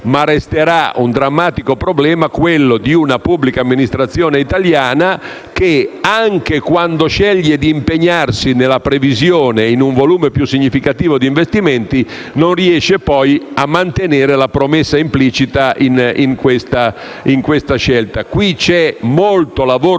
ma resterà il drammatico problema di una pubblica amministrazione italiana che, anche quando sceglie di impegnarsi nella previsione in un volume più significativo di investimenti, non riesce poi a mantenere la promessa implicita in questa scelta. Qui c'è molto lavoro